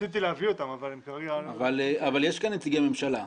אבל יש כאן נציגי ממשלה.